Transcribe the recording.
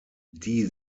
die